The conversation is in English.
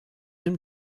him